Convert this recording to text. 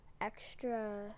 extra